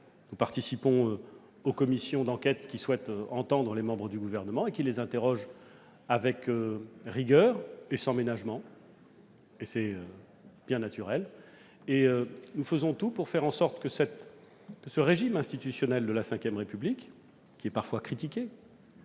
Nous participons aux commissions d'enquête qui souhaitent auditionner les membres du Gouvernement et qui les interrogent avec rigueur et sans ménagement, ce qui est bien naturel. Nous faisons tout pour que le régime institutionnel de la V République, qui est parfois critiqué,